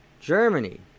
Germany